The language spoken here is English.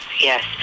Yes